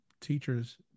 teachers